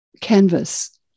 canvas